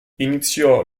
iniziò